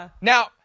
Now